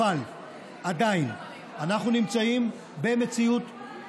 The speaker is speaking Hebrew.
אבל עדיין אנחנו נמצאים במציאות, שוסטר,